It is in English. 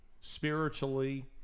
spiritually